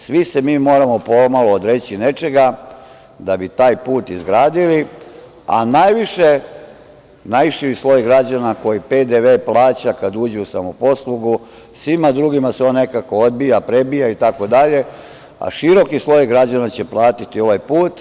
Svi se mi moramo pomalo odreći nečega da bi taj put izgradili, a najviši sloj građana PDV plaća kada uđe u samoposlugu, svima drugima se on nekako odbija, prebija itd, a široki sloj građana će platiti ovaj put.